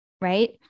Right